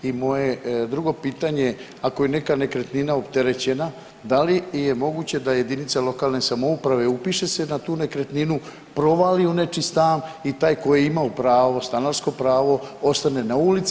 I moje je drugo pitanje, ako je neka nekretnina opterećena da li je moguće da jedinice lokalne samouprave upiše se na tu nekretninu, provali u nečiji stan i taj koji je imao pravo, stanarsko pravo ostane na ulici.